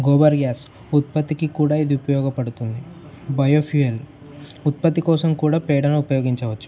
gobar gas ఉత్పత్తికి కూడా ఇది ఉపయోగపడుతుంది బయోఫ్యూయల్ ఉత్పత్తి కోసం కూడా పేడను ఉపయోగించవచ్చు